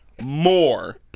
more